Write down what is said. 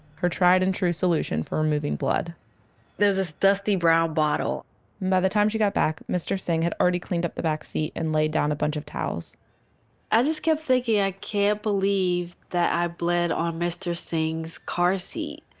her tried and true solution for removing blood it was this dusty brown bottle by the time she got back, mr. singh had already cleaned up the back seat and laid down a bunch of towels i just kept thinking i can't believe i bled on mr. singh's car seat.